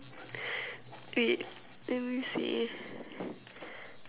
wait let me see